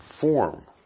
form